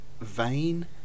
vain